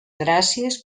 gràcies